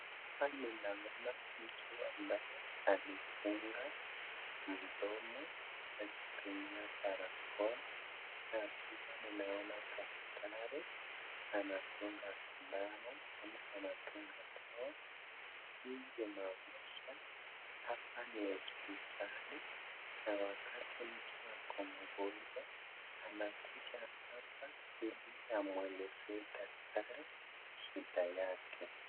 Hapa ninaona mtu ambaye amefunga mdomo akitumia barakoa na pia ninaona daktari anadunga sindano ama anadunga dawa. Hii inaonyesha hapa ni hospitali na wakati mtu ako mgonjwa anakuja hapa ili amueleze daktari shida yake.